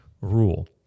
rule